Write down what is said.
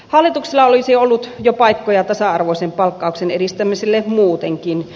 hallituksella olisi ollut jo paikkoja tasa arvoisen palkkauksen edistämiselle muutenkin